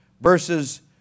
verses